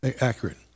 accurate